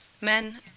Men